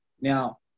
Now